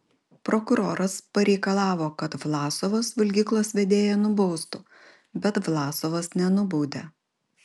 prokuroras pareikalavo kad vlasovas valgyklos vedėją nubaustų bet vlasovas nenubaudė